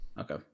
Okay